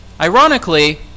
ironically